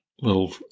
little